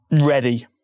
ready